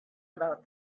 about